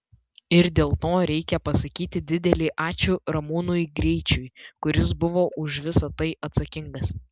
ir dėl to reikia pasakyti didelį ačiū ramūnui greičiui kuris buvo už visa tai atsakingas